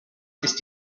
ist